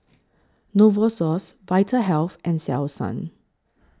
Novosource Vitahealth and Selsun